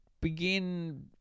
begin